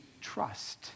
trust